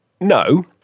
No